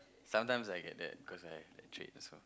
sometimes I get that cause I I trade also